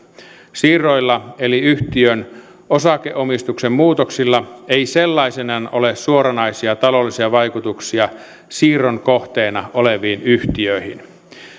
siirroilla eli yhtiön osakeomistuksen muutoksilla ei sellaisenaan ole suoranaisia taloudellisia vaikutuksia siirron kohteena oleviin yhtiöihin